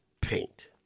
paint